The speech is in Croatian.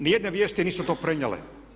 Nijedne vijesti nisu to prenijele.